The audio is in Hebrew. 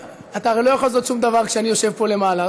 אתה הרי לא יכול לעשות שום דבר כשאני יושב פה למעלה,